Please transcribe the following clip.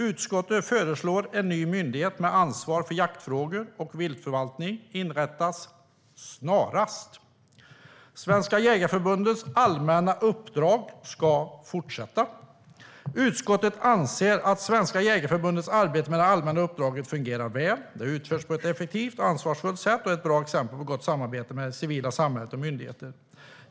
Utskottet föreslår att en ny myndighet med ansvar för jaktfrågor och viltförvaltning inrättas snarast. Svenska Jägareförbundets allmänna uppdrag ska fortsätta. Utskottet anser att Svenska Jägareförbundets arbete med det allmänna uppdraget fungerar väl. Det har utförts på ett effektivt och ansvarsfullt sätt, och det är ett bra exempel på gott samarbete med det civila samhället och myndigheter.